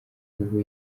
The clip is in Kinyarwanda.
ubu